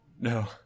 No